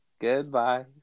goodbye